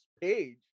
page